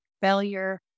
Failure